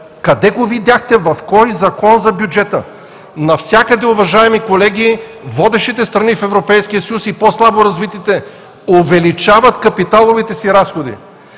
Къде го видяхте, в кой Закон за бюджета? Навсякъде, уважаеми колеги, водещите страни в Европейския съюз, а и по-слабо развитите увеличават капиталовите си разходи.